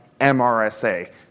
MRSA